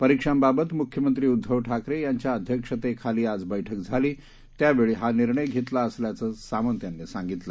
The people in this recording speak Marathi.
परिक्षांबाबत मुख्यमंत्री उद्धव ठाकरे यांच्या अध्यक्षतेखाली आज बैठक झाली त्यावेळी हा निर्णय घेतला असल्याचं सामंत यांनी सांगितलं